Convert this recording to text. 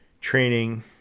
training